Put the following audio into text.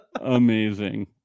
Amazing